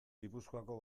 gipuzkoako